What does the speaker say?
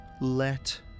let